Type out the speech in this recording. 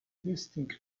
distinct